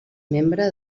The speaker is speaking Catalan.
membre